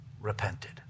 repented